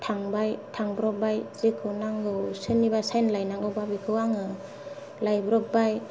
थांबाय थांब्रबबाय जेखौ नांगौ सोरनिबा साइन लायनांगौब्ला बेखौबो आङो लायब्रबबाय